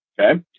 Okay